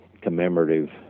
commemorative